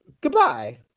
goodbye